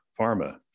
pharma